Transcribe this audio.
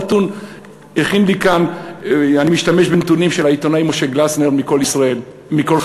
אני משתמש בנתונים של העיתונאי משה גלסנר מ"קול חי":